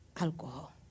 alcohol